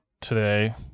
today